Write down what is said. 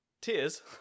tears